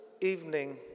evening